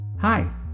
Hi